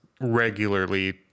regularly